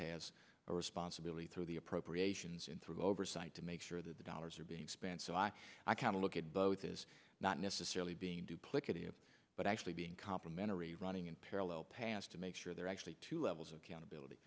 has a responsibility through the appropriations and through oversight to make sure that the dollars are being spent so i can look at both is not necessarily being duplicated but actually being complimentary running in parallel paths to make sure there are actually two levels of countability